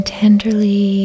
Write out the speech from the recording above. tenderly